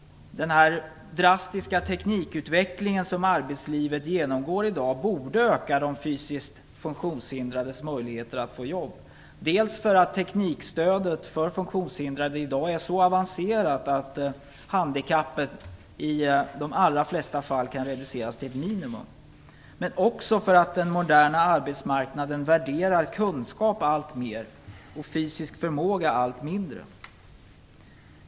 Den drastiska teknikutveckling som arbetslivet genomgår i dag borde öka de fysiskt funktionshindrades möjligheter att få jobb, dels därför att teknikstödet för funktionshindrade i dag är så avancerat att handikappet i de allra flesta fall kan reduceras till ett minimum, dels därför att den moderna arbetsmarknaden värderar kunskap alltmer och fysisk förmåga allt mindre.